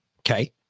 Okay